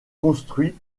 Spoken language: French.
construit